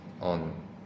on